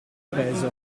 peso